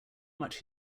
much